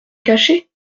cacher